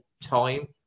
time